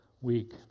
week